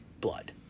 blood